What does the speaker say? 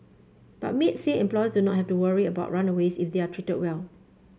but maids say employers do not have to worry about runaways if they are treated well